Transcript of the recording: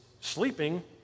sleeping